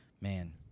Man